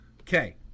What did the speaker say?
Okay